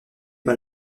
par